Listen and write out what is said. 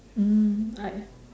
mm I